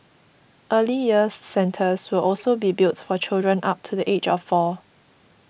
Early Years Centres will also be built for children up to the age of four